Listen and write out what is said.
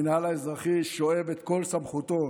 המינהל האזרחי שואב את כל סמכותו